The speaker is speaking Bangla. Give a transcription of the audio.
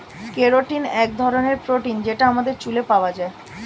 কেরাটিন এক ধরনের প্রোটিন যেটা আমাদের চুলে পাওয়া যায়